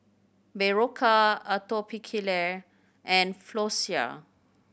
Berocca Atopiclair and Floxia